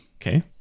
Okay